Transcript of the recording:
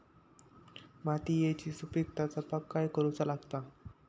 मातीयेची सुपीकता जपाक काय करूचा लागता?